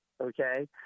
okay